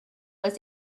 was